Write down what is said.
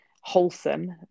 wholesome